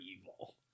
evil